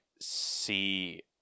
see